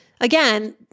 again